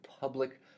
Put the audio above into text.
public